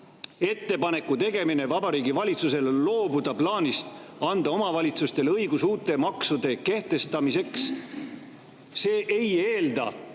"Ettepaneku tegemine Vabariigi Valitsusele loobuda plaanist anda omavalitsustele õigus uute maksude kehtestamiseks." See ei eelda